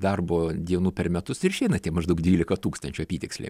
darbo dienų per metus tai ir išeina tie maždaug dvylika tūkstančių apytiksliai